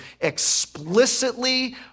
explicitly